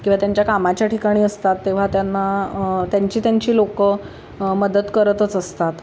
किंवा त्यांच्या कामाच्या ठिकाणी असतात तेव्हा त्यांना त्यांची त्यांची लोक मदत करतच असतात